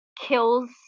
kills